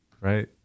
right